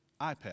iPad